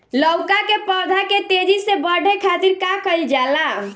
लउका के पौधा के तेजी से बढ़े खातीर का कइल जाला?